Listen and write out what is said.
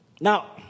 Now